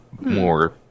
more